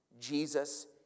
Jesus